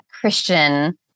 Christian